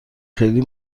خیلی